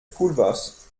pulvers